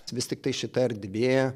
vis tiktai šita erdvė